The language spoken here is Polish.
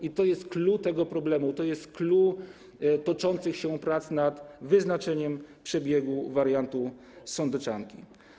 I to jest clou tego problemu, to jest clou toczących się prac nad wyznaczeniem przebiegu wariantu sądeczanki.